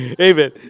Amen